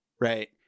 right